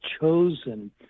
chosen